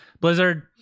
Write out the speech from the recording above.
blizzard